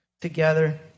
together